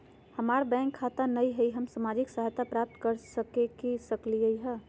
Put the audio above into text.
हमार बैंक खाता नई हई, हम सामाजिक सहायता प्राप्त कैसे के सकली हई?